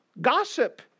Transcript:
Gossip